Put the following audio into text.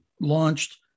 launched